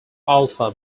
alpha